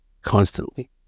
constantly